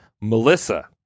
Melissa